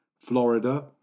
Florida